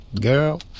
Girl